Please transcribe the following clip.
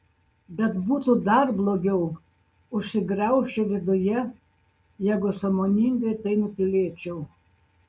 bet būtų dar blogiau užsigraužčiau viduje jeigu sąmoningai tai nutylėčiau